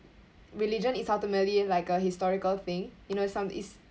religion is ultimately like a historical thing you know some is